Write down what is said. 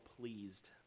pleased